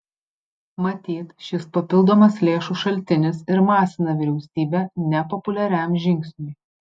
matyt šis papildomas lėšų šaltinis ir masina vyriausybę nepopuliariam žingsniui